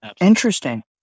interesting